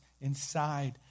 inside